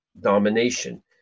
domination